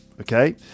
okay